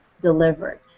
delivered